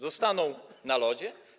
Zostaną na lodzie?